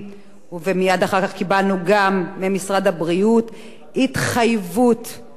ומייד אחר כך קיבלנו גם ממשרד הבריאות התחייבות בכתב,